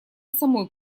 самой